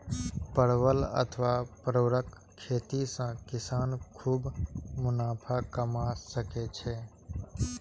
परवल अथवा परोरक खेती सं किसान खूब मुनाफा कमा सकै छै